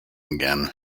again